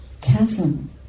chasm